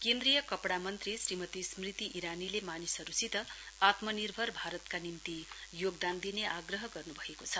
केन्द्रीय कपड़ा मन्त्री श्रीमती स्मृति इरानीले मानिसहरूसित आत्म निर्भर भारतका निम्ति योगदान दिने आग्रह गर्नुभएको छ